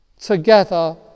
together